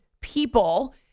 people